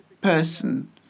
person